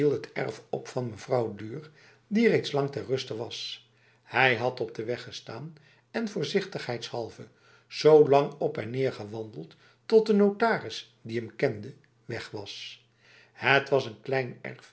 het erf op van mevrouw duhr die reeds lang ter ruste was hij had op de weg gestaan en voorzichtigheidshalve zo lang op en neer gewandeld tot de notaris die hem kende weg was het was n klein